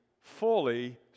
fully